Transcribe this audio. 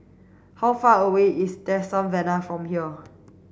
how far away is Tresor Tavern from here